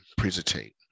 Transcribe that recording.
presentate